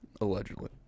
Allegedly